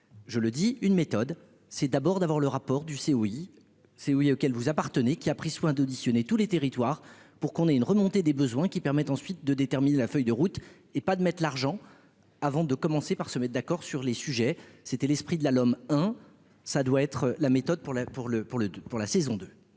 je le dis, une méthode, c'est d'abord d'avoir le rapport du c'est oui c'est oui, auquel vous appartenez, qu'il a pris soin d'auditionner tous les territoires, pour qu'on ait une remontée des besoins qui permettent ensuite de déterminer la feuille de route et pas de mettre l'argent avant de commencer par se mettent d'accord sur les sujets, c'était l'esprit de la l'homme hein, ça doit être la méthode pour le pour